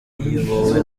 iyobowe